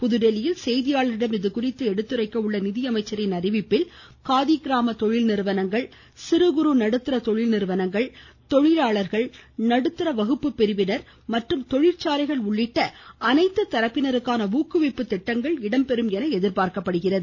புதுதில்லியில் செய்தியாளா்களிடம் இதுகுறித்து எடுத்துரைக்க உள்ள நிதியமைச்சரின் அறிவிப்பில் காதி கிராம தொழில் நிறுவனங்கள் சிறு குறு நடுத்தர தொழில் நிறுவனங்கள் தொழிலாளர்கள் நடுத்தர வகுப்பு பிரிவினர் மற்றும் தொழிற்சாலைகள் உள்ளிட்ட அனைத்து தரப்பினருக்கான ஊக்குவிப்பு திட்டங்கள் இடம்பெறும் என எதிர்பார்க்கப்படுகிறது